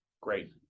Great